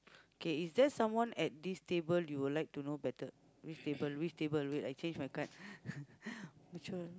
k is there someone at this table you would like to know better which table which table wait I change my card